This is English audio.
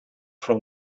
from